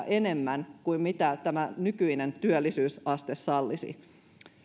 enemmän kuin mitä tämä nykyinen työllisyysaste sallisi